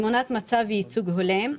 "תמונת מצב ייצוג הולם".